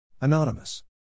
Anonymous